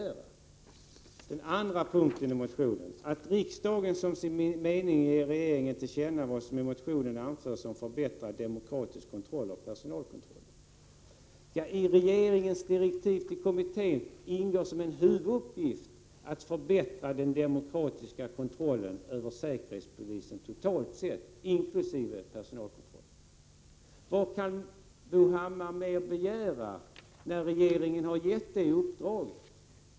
Beträffande den andra punkten i motionen — ”att riksdagen som sin mening ger regeringen till känna vad som i motionen anförs om förbättrad demokratisk kontroll av personalkontrollen” — så ingår i regeringens direktiv till kommittén som en huvuduppgift att förbättra den demokratiska kontrollen över säkerhetspolisen totalt sett, inkl. personalkontrollen. Vad kan Bo Hammar mer begära, när regeringen har gett det uppdraget?